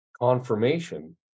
confirmation